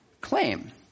claim